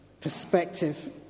perspective